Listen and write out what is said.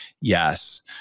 yes